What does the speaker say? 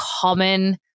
common